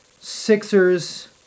Sixers